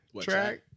Track